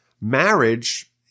marriage